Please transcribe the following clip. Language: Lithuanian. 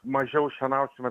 mažiau šienausime